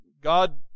God